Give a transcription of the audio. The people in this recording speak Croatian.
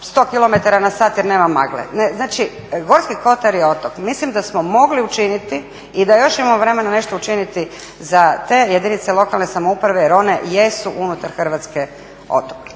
100 km na sat jer nema magle. Znači, Gorski kotar je otok. Mislim da smo mogli učiniti i da još imamo vremena nešto učiniti za te jedinice lokalne samouprave jer one jesu unutar Hrvatske otok.